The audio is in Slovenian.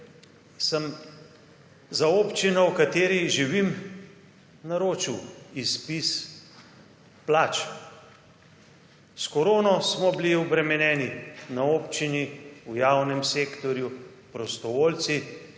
sem za občino v kateri živim, naročil izpis plač. S korono smo bili obremenjeni na občini, v javnem sektorju, prostovoljci.